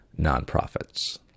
Nonprofits